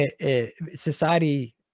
society